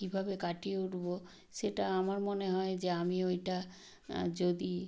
কীভাবে কাটিয়ে উঠব সেটা আমার মনে হয় যে আমি ওইটা যদি